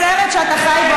בסרט שאתה חי בו,